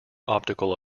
optical